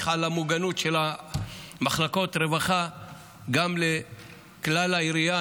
על המוגנות של מחלקות הרווחה גם בכלל העירייה.